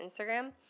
Instagram